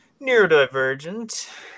Neurodivergent